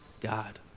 God